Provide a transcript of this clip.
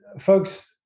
folks